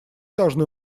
должны